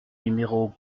numéro